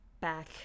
back